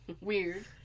weird